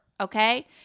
Okay